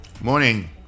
morning